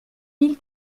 mille